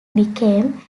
became